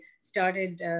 started